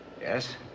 yes